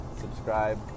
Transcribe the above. subscribe